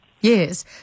Yes